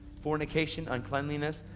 fornication, uncleanliness,